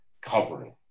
covering